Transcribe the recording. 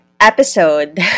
episode